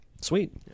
sweet